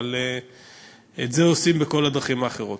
אבל את זה עושים בכל הדרכים האחרות.